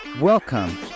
welcome